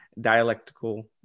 dialectical